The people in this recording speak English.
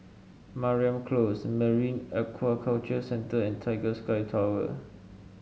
Mariam Close Marine Aquaculture Centre and Tiger Sky Tower